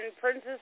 Princess